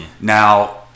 Now